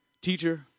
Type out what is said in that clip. Teacher